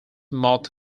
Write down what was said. moth